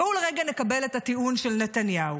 בואו רגע נקבל את הטיעון של נתניהו,